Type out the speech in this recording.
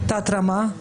לימוד תורה.